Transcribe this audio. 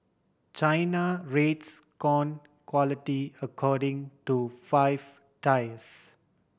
China rates corn quality according to five tiers